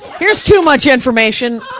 here's too much information.